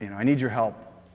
you know i need your help.